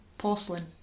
porcelain